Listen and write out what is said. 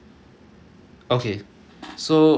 okay so